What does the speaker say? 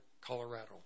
Colorado